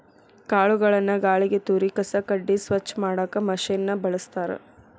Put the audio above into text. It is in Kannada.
ಕಾಳುಗಳನ್ನ ಗಾಳಿಗೆ ತೂರಿ ಕಸ ಕಡ್ಡಿ ಸ್ವಚ್ಛ ಮಾಡಾಕ್ ಮಷೇನ್ ನ ಬಳಸ್ತಾರ